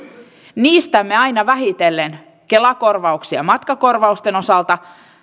niistämme aina vähitellen kela korvauksia matkakorvausten osalta